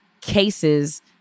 cases